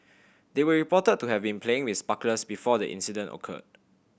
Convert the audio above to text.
they were reported to have been playing with sparklers before the incident occurred